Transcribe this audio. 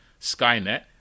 Skynet